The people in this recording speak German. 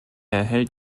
erhält